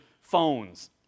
phones